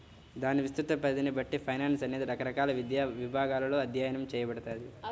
దాని విస్తృత పరిధిని బట్టి ఫైనాన్స్ అనేది రకరకాల విద్యా విభాగాలలో అధ్యయనం చేయబడతది